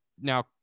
Now